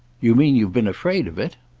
you mean you've been afraid of it?